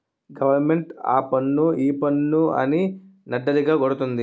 government ఆపన్ను ఈపన్ను అని నడ్డిరగ గొడతంది